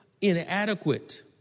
inadequate